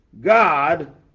God